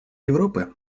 европы